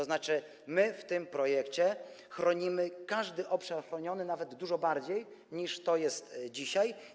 Tzn. my w tym projekcie chronimy każdy obszar chroniony nawet dużo bardziej, niż to jest dzisiaj.